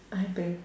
I drink